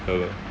ya lah